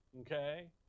Okay